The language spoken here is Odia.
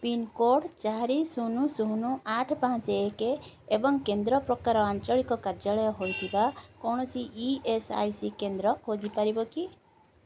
ପିନ୍କୋଡ଼୍ ଚାରି ଶୂନ ଶୂନ ଆଠ ପାଞ୍ଚ ଏକ ଏବଂ କେନ୍ଦ୍ର ପ୍ରକାର ଆଞ୍ଚଳିକ କାର୍ଯ୍ୟାଳୟ ହୋଇଥିବା କୌଣସି ଇ ଏସ୍ ଆଇ ସି କେନ୍ଦ୍ର ଖୋଜିପାରିବ କି